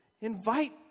invite